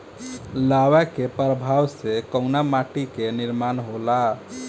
लावा क प्रवाह से कउना माटी क निर्माण होला?